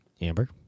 Amber